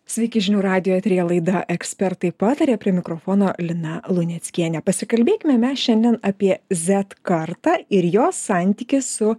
sveiki žinių radijo eteryje laida ekspertai pataria prie mikrofono lina luneckienė pasikalbėkime mes šiandien apie z kartą ir jos santykį su